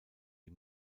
die